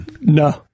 No